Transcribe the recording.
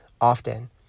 often